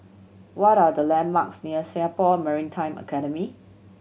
what are the landmarks near Singapore Maritime Academy